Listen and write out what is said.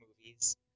movies